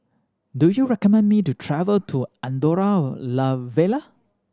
do you recommend me to travel to Andorra La Vella